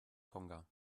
tonga